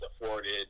afforded